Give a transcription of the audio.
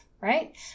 right